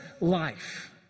life